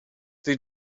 they